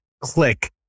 click